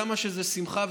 כמה שזה שמחה,